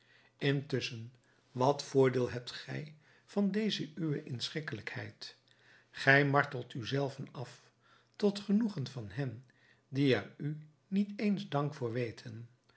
intusschen wat voordeel hebt gij van deze uwe inschikkelijkheid gij martelt u zelven af tot genoegen van hen die er u niet eens dank voor weten